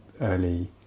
early